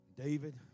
David